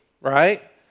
right